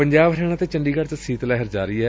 ਪੰਜਾਬ ਹਰਿਆਣਾ ਤੇ ਚੰਡੀਗੜ ਚ ਸੀਤ ਲਹਿਰ ਜਾਰੀ ਏ